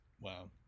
Wow